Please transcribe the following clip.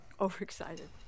Overexcited